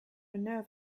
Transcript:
nerve